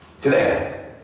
today